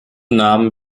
namen